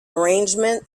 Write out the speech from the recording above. arrangement